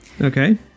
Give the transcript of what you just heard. Okay